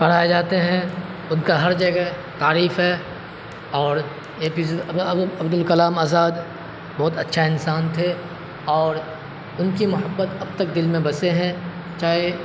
پڑھائے جاتے ہیں ان کا ہر جگہ تعریف ہے اور A P J Abdul Kalam Azad بہت اچھا انسان تھے اور ان کی محبت اب تک دل میں بسے ہیں چاہے